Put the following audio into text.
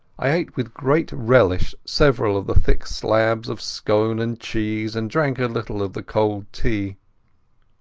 i ate with great relish several of the thick slabs of scone and cheese and drank a little of the cold tea.